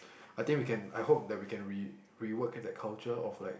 I think we can I hope that we can re~ rework in that culture of like